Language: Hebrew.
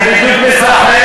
אני בדיוק משחק,